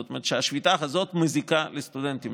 זאת אומרת שהשביתה הזאת מוזיקה לסטודנטים.